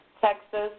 Texas